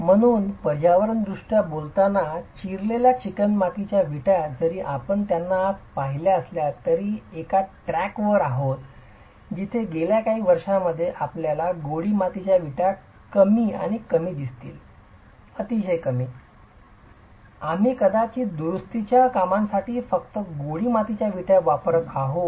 म्हणून पर्यावरणीयदृष्ट्या बोलताना चिरलेला चिकणमाती विटा जरी आपण त्यांना आज पाहिल्या असल्या तरी आपण एका ट्रॅक वर आहोत जिथे गेल्या काही वर्षांमध्ये आपल्याला गोळी मातीच्या विटा कमी दिसतील आम्ही कदाचित दुरुस्तीच्या कामांसाठी फक्त गोळी मातीच्या विटा वापरत आहोत